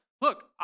look